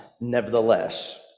nevertheless